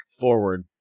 forward